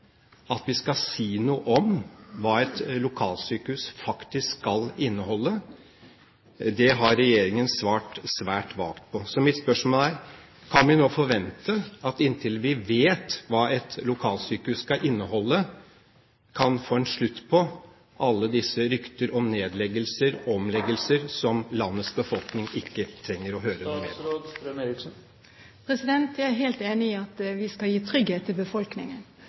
at vi skal si noe om hva et lokalsykehus faktisk skal inneholde. Det har regjeringen svart svært vagt på. Så mitt spørsmål er: Kan vi nå forvente at vi inntil vi vet hva et lokalsykehus skal inneholde, kan få en slutt på alle disse rykter om nedleggelser og omleggelser, som landets befolkning ikke trenger å høre? Jeg er helt enig i at vi skal gi trygghet til befolkningen.